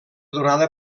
donada